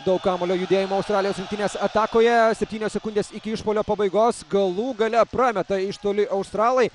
daug kamuolio judėjimo australijos rinktinės atakoje septynios sekundės iki išpuolio pabaigos galų gale prameta iš toli australai